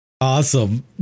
Awesome